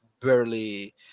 barely